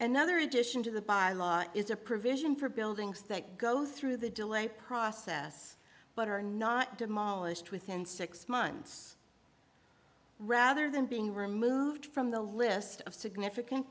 another addition to the bylaws is a provision for buildings that go through the delay process but are not demolished within six months rather than being removed from the list of significant